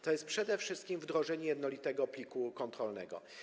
To jest przede wszystkim wdrożenie jednolitego pliku kontrolnego.